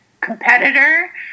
competitor